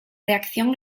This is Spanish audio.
reacción